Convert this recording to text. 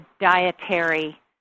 dietary